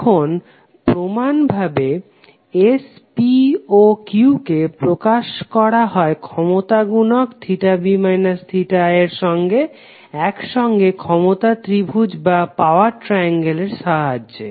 এখন প্রমান ভাবে S P ও Q কে প্রকাশ করা হয় ক্ষমতা গুনক v i এর সঙ্গে একসঙ্গে ক্ষমতা ত্রিভুজের সাহায্যে